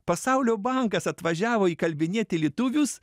pasaulio bankas atvažiavo įkalbinėti lietuvius